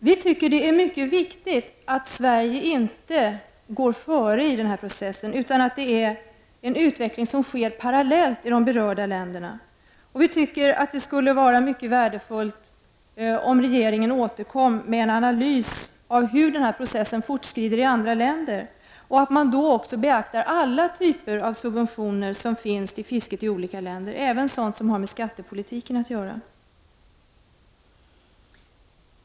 Vi tycker att det är mycket viktigt att Sverige inte går före i den här processen utan att det är en utveckling som sker parallellt i de berörda länderna, och vi tycker att det skulle vara mycket värdefullt om regeringen återkom med en analys av hur processen fortskrider i andra länder och att man då också beaktar alla typer av subventioner som finns till fisket i olika länder, även sådant som har med skattepolitiken att gö, a.